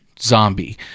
zombie